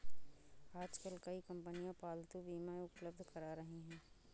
आजकल कई कंपनियां पालतू बीमा उपलब्ध करा रही है